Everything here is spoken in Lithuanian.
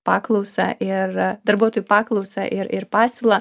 paklausą ir darbuotojų paklausą ir ir pasiūlą